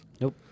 Nope